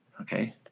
okay